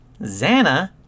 Zana